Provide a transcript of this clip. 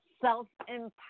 self-empowerment